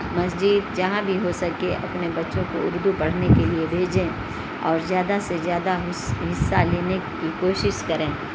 مسجد جہاں بھی ہو سکے اپنے بچوں کو اردو پڑھنے کے لیے بھیجیں اور زیادہ سے زیادہ حصہ لینے کی کوشش کریں